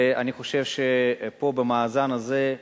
ואני חושב שפה, במאזן הזה,